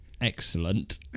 Excellent